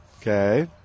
Okay